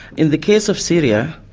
in the case of syria,